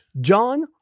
John